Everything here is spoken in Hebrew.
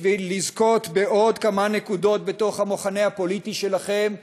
בשביל לזכות בעוד כמה נקודות בתוך המחנה הפוליטי שלכם,